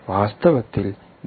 വാസ്തവത്തിൽ BLE 4